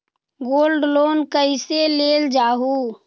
Gold loan कईसे लेल जाहु?